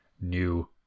new